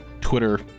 Twitter